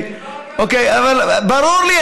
ברור לי,